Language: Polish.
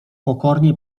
pokornie